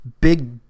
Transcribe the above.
big